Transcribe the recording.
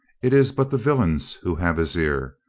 it is but the villains who have his ear.